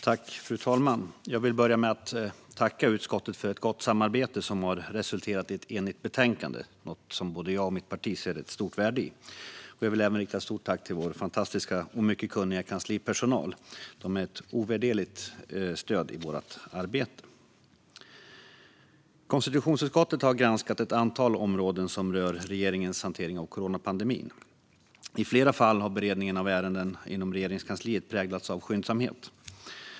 Fru talman! Jag vill börja med att tacka utskottet för ett gott samarbete som har resulterat i ett enigt betänkande. Det är något som både jag och mitt parti ser ett stort värde i. Jag vill även rikta ett stort tack till vår fantastiska och mycket kunniga kanslipersonal. De är ett ovärderligt stöd i vårt arbete. Konstitutionsutskottet har granskat ett antal områden som rör regeringens hantering av coronapandemin. I flera fall har beredningen av ärenden inom Regeringskansliet präglats av skyndsamhet.